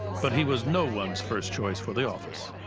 but he was no one's first choice for the office.